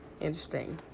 Interesting